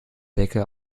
decke